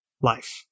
life